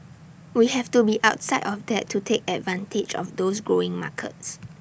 we have to be outside of that to take advantage of those growing markets